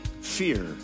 fear